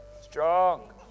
strong